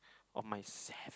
of myself